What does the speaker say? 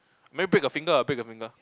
maybe break a finger break a finger